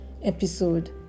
Episode